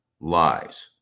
lies